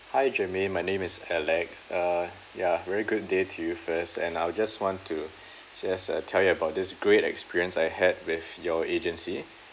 hi germaine my name is alex uh ya very good day to you first and I'll just want to just uh tell you about this great experience I had with your agency